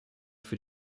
für